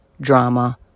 drama